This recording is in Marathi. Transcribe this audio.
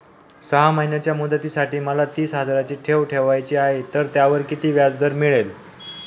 सहा महिन्यांच्या मुदतीसाठी मला तीस हजाराची ठेव ठेवायची आहे, तर त्यावर किती व्याजदर मिळेल?